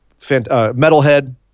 metalhead